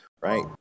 right